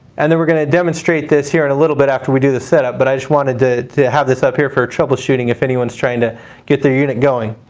and then we're going to demonstrate this here in a little bit after we do the set up. but i just wanted to to have this up here for troubleshooting if anyone is trying to get their unit going.